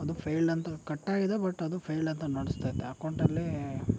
ಅದು ಫೇಲ್ಡ್ ಅಂತ ಕಟ್ಟಾಗಿದೆ ಬಟ್ ಅದು ಫೇಲ್ಡ್ ಅಂತ ನೋಡಿಸ್ತೈತೆ ಅಕೌಂಟಲ್ಲಿ